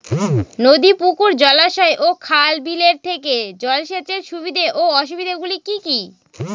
নদী পুকুর জলাশয় ও খাল বিলের থেকে জল সেচের সুবিধা ও অসুবিধা গুলি কি কি?